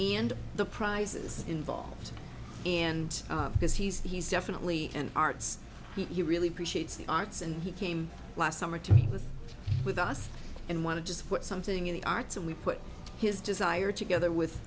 and the prizes involved and because he's definitely an arts he really appreciates the arts and he came last summer to meet with with us and want to just put something in the arts and we put his desire together with